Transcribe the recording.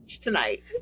tonight